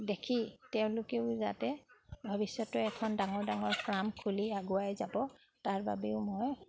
দেখি তেওঁলোকেও যাতে ভৱিষ্যতে এখন ডাঙৰ ডাঙৰ ফাৰ্ম খুলি আগুৱাই যাব তাৰ বাবেও মই